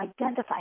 identify